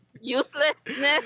uselessness